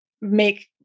make